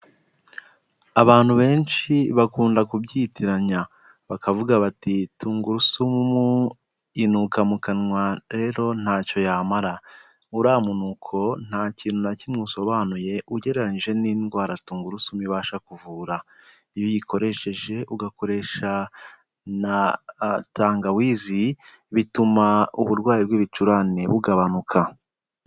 Abantu benshi bakunda kubyitiranya bakavuga bati tungurusumu inuka mu kanwa rero ntacyo yamara, uriya munuko nta kintu na kimwe usobanuye ugereranyije n'indwara tungurusumu ibasha kuvura, iyo uyikoresheje ugakoresha na tangawizi bituma uburwayi bw'ibicurane bugabanuka.